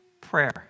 Prayer